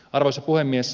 arvoisa puhemies